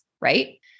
right